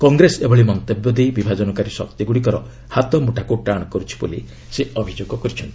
କଂଗ୍ରେସ ଏଭଳି ମନ୍ତବ୍ୟ ଦେଇ ବିଭାଜନକାରୀ ଶକ୍ତିଗୁଡ଼ିକର ହାତମୁଠାକୁ ଟାଣ କରୁଛି ବୋଲି ସେ ଅଭିଯୋଗ କରିଚ୍ଛନ୍ତି